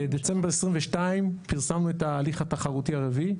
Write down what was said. דצמבר 2022 פרסמנו את ההליך התחרותי הרביעי,